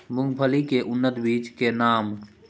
मूंगफली के उन्नत बीज के नाम?